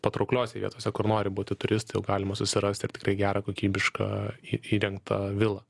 patraukliose vietose kur nori būti turistai jau galima susirasti ir tikrai gerą kokybišką į įrengtą vilą